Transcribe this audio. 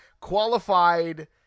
qualified